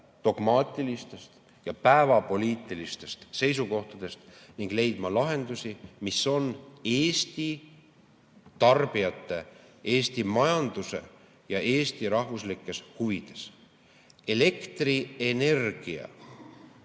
dogmaatilistest ja päevapoliitilistest seisukohtadest ning leidma lahendusi, mis on Eesti tarbijate, Eesti majanduse ja eesti rahvuslikes huvides. Elektrienergia